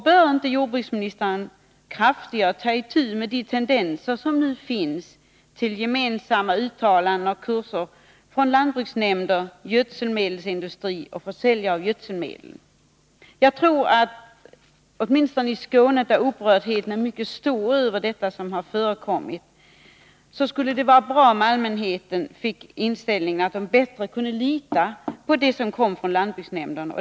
Bör inte jordbruksministern kraftigare ta itu med de tendenser som nu finns till gemensamma uttalanden och kurser av lantbruksnämnder, gödselmedelsindustri och försäljare av gödselmedel? Åtminstone i Skåne, där upprördheten är mycket stor över det som har förekommit, skulle det vara bra om allmänheten fick den inställningen att de bättre kunde lita på det som kommer från lantsbruks nämnderna.